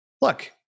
look